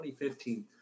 2015